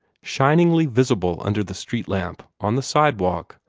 shiningly visible under the street lamp, on the sidewalk,